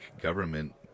government